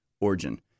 origin